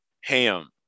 ham